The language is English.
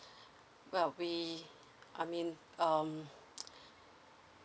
well we I mean um